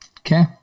Okay